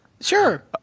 Sure